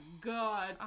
God